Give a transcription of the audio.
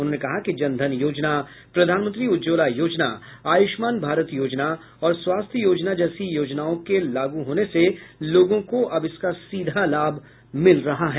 उन्होंने कहा कि जनधन योजना प्रधानमंत्री उज्ज्वला योजना आयुष्मान भारत योजना और स्वास्थ्य योजना जैसे योजनाओं के लागू होने से लोगों को अब इसका सीधा लाभ मिल रहा है